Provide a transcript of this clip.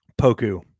Poku